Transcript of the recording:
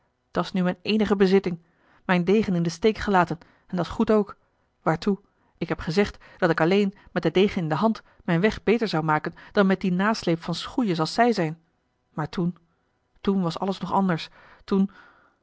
balde dat's nu mijne eenige bezitting mijn degen in den steek gelaten en dat's goed ook waartoe ik heb gezegd dat ik alleen met den degen in de hand mijn weg beter zou maken dan met dien nasleep van schoeljes als zij zijn maar toen toen was alles nog anders toen